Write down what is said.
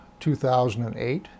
2008